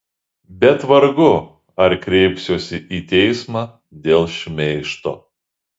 bet vargu ar kreipsiuosi į teismą dėl šmeižto